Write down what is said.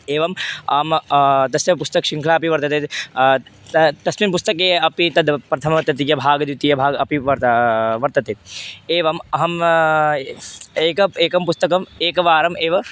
एवम् अं तस्य पुस्तकशृङ्खला अपि वर्तते त तस्मिन् पुस्तके अपि तद् प्रथमतृतीयभागः द्वितीयभागः अपि वर्ता वर्तते एवम् अहम् एक एकं पुस्तकम् एकवारम् एव